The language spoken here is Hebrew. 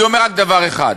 אני אומר רק דבר אחד,